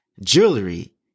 jewelry